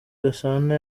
gasana